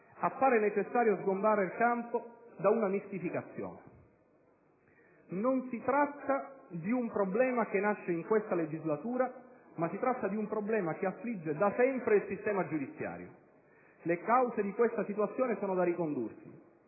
appare necessario sgombrare il campo da una mistificazione. Non si tratta di un problema che nasce in questa legislatura, ma che affligge da sempre il sistema giudiziario. Le cause di questa situazione sono da ricondursi: